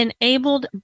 enabled